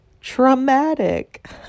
traumatic